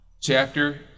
chapter